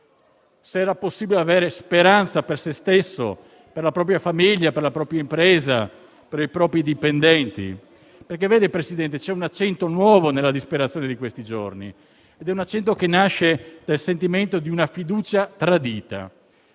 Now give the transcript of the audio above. se era possibile avere speranza per se stesso, la propria famiglia, la propria impresa e i propri dipendenti. Presidente, c'è un accento nuovo nella disperazione di questi giorni che nasce dal sentimento di una fiducia tradita.